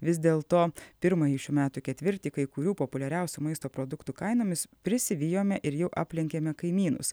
vis dėlto pirmąjį šių metų ketvirtį kai kurių populiariausių maisto produktų kainomis prisivijome ir jau aplenkėme kaimynus